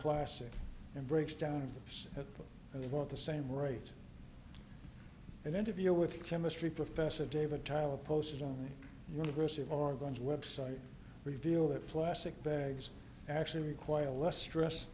plastic and breaks down at what the same rate an interview with chemistry professor david tyler posted on the university of organs website reveal that plastic bags actually require less stress